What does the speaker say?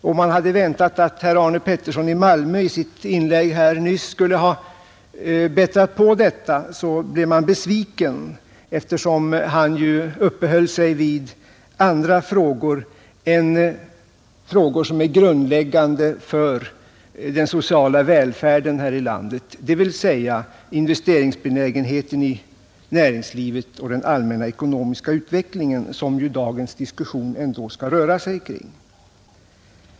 Om man hade väntat att herr Pettersson i Malmö i sitt inlägg nyss skulle ha bättrat på det blev man besviken, eftersom han uppehöll sig vid andra frågor än sådana som är grundläggande för den sociala välfärden här i landet — det vill säga investeringsbenägenheten i näringslivet och den allmänna ekonomiska utvecklingen, som dagens diskussion ändå skall röra sig om.